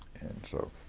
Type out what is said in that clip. and so,